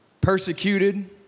persecuted